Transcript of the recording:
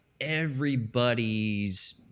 everybody's